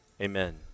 Amen